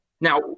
Now